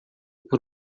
por